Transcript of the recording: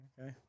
Okay